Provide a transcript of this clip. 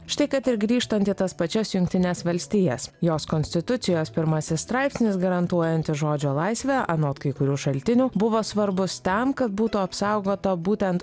štai kad ir grįžtant į tas pačias jungtines valstijas jos konstitucijos pirmasis straipsnis garantuojantis žodžio laisvę anot kai kurių šaltinių buvo svarbus tam kad būtų apsaugota būtent